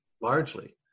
largely